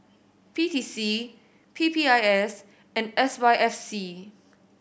P T C P P I S and S Y F C